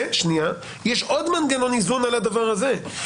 ויש עוד מנגנון איזון על הדבר הזה.